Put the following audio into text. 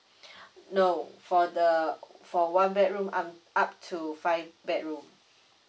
no for the for one bedroom up up to five bedroom